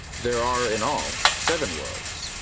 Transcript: there are in all seven worlds,